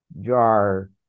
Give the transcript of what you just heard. jar